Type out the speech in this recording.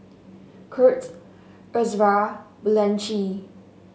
Kurt Ezra Blanchie